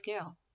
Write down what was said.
girl